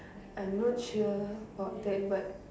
I am not sure about that but